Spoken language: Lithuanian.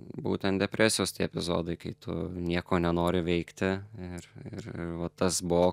būtent depresijos tie epizodai kai tu nieko nenori veikti ir ir ir va tas buvo